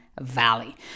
Valley